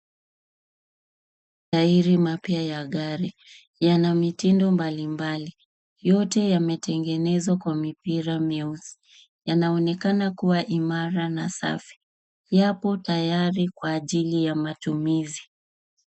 Matairi mapya ya gari, yana mitindo mbalimbali, yote yametengenezwa kwa mipira myeusi, yanaonekana kuwa imara na safi, yapo tayari kwa ajili ya matumizi.